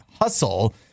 Hustle